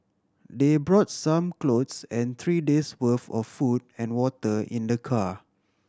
they brought some clothes and three days' worth of food and water in the car